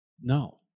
No